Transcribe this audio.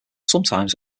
sometimes